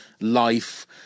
life